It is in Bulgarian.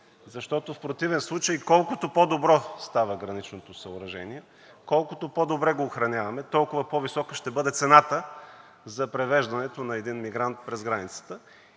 защото в противен случай колкото по добро става граничното съоръжение, колкото по-добре го охраняваме, толкова по-висока ще бъде цената за превеждането на един мигрант през границата.